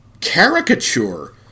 caricature